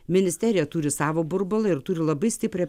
ministerija turi savo burbulą ir turi labai stiprią